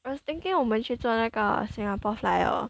I was thinking 我们去坐那个 Singapore Flyer